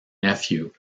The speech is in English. nephew